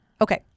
Okay